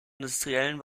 industriellen